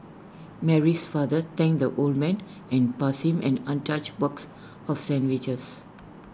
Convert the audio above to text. Mary's father thanked the old man and passed him an untouched box of sandwiches